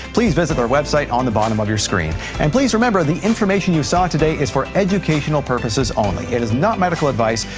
please visit our website on the bottom of your screen, and please remember the information you saw today is for educational purposes only. it is not medical advice,